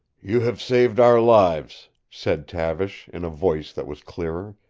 you have saved our lives, said tavish, in a voice that was clearer.